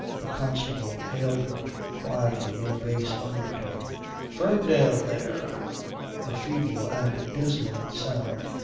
the constable hailed her quietly in a bass undertone ferndale there a feeble and dismal sound,